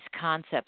concepts